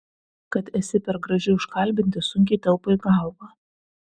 kad esi per graži užkalbinti sunkiai telpa į galvą